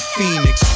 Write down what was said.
Phoenix